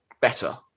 better